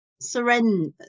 surrender